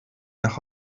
nach